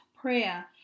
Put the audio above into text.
prayer